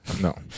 No